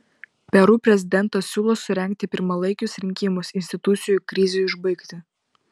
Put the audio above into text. peru prezidentas siūlo surengti pirmalaikius rinkimus institucijų krizei užbaigti